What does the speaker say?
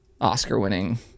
Oscar-winning